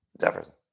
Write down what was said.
Jefferson